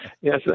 Yes